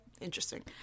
Interesting